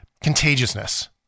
contagiousness